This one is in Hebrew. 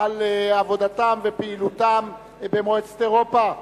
על עבודתם ופעילותם במועצת אירופה,